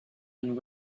and